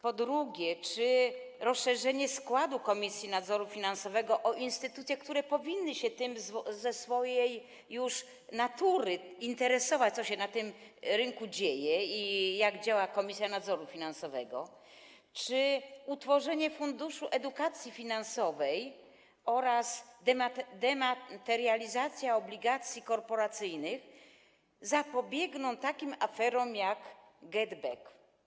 Po drugie, czy rozszerzenie składu Komisji Nadzoru Finansowego o instytucje, które już ze swojej natury powinny się interesować, co się na tym rynku dzieje i jak działa Komisja Nadzoru Finansowego, utworzenie Funduszu Edukacji Finansowej oraz dematerializacja obligacji korporacyjnych zapobiegną takim aferom jak GetBack?